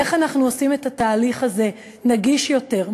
איך אנחנו עושים את התהליך הזה נגיש יותר,